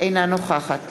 אינה נוכחת